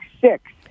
six